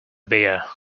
beer